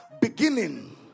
Beginning